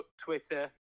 Twitter